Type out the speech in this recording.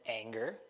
anger